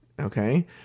Okay